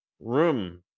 room